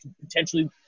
potentially